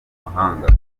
mahanga